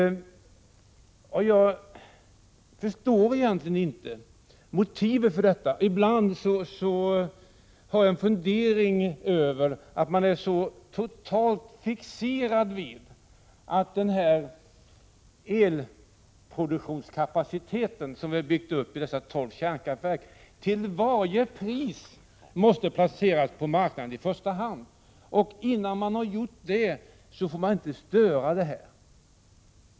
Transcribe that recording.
Jag förstår egentligen inte vilka motiv som finns. Ibland har jag funderingar kring att man är så totalt fixerad vid att den elproduktionskapacitet som byggts upp vid dessa tolv kärnkraftverk till varje pris måste placeras på marknaden i första hand och att man innan detta är gjort inte får störa det hela.